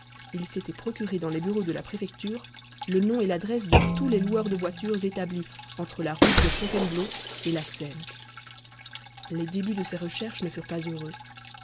il s'était procuré dans les bureaux de la préfecture le nom et l'adresse de tous les loueurs de voitures établis entre la route de fontainebleau et la seine les débuts de ses recherches ne furent pas heureux